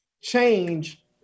change